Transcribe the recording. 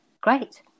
Great